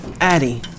Addy